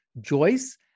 Joyce